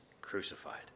crucified